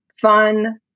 Fun